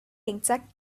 exact